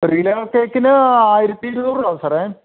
ഒരു കിലോ കേക്കിന് ആയിരത്തി ഇരുന്നൂറാവും സാറേ